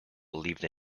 believe